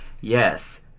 yes